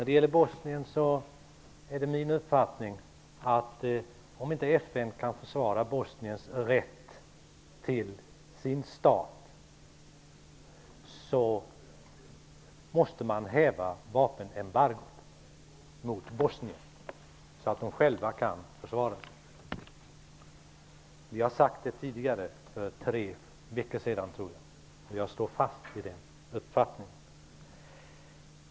Det är min uppfattning att man måste häva vapenembargot mot Bosnien, så att de själva kan försvara sig, om FN inte kan försvara Bosniens rätt till sin stat. Jag sade detta för tre veckor sedan, och jag står fast vid den uppfattningen.